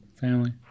family